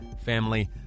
Family